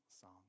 song